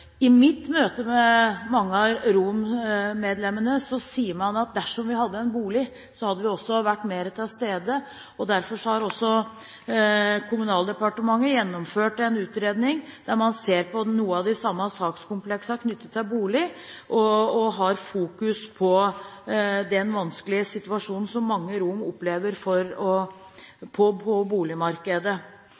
I mitt møte med mange av rommedlemmene sa de: Dersom vi hadde en bolig, hadde vi vært mer til stede. Derfor har Kommunaldepartementet gjennomført en utredning der man ser på noen av de samme sakskompleksene knyttet til bolig, og har fokus på den vanskelige situasjonen som mange romer opplever